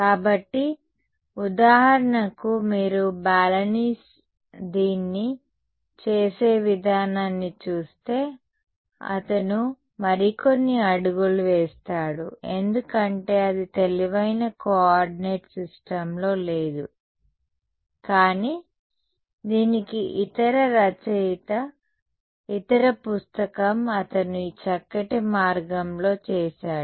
కాబట్టి ఉదాహరణకు మీరు బాలనీస్ దీన్ని చేసే విధానాన్ని చూస్తే అతను మరికొన్ని అడుగులు వేస్తాడు ఎందుకంటే అది తెలివైన కోఆర్డినేట్ సిస్టమ్లో లేదు కానీ దీనికి ఇతర రచయిత ఇతర పుస్తకం అతను ఈ చక్కటి మార్గంలో చేశాడు